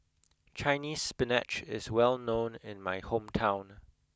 Chinese spinach is well known in my hometown